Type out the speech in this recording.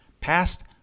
past